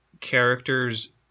characters